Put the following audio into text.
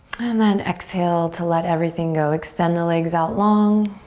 and then exhale to let everything go. extend the legs out long.